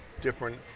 different